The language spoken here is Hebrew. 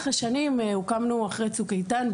הוקמנו אחרי צוק איתן,